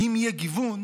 כי אם יהיה גיוון,